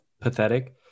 pathetic